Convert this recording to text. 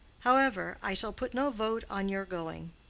however, i shall put no veto on your going.